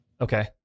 Okay